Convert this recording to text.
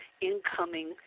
incoming